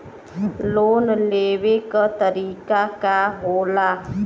Loan लेवे क तरीकाका होला?